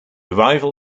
arrival